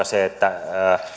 se että